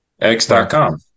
x.com